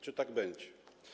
Czy tak będzie?